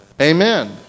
Amen